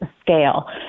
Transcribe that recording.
scale